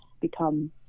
become